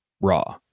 raw